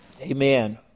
Amen